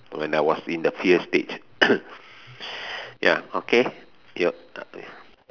when I was in the fear stage ya okay yup